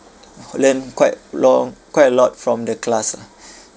got learn quite long quite a lot from the class lah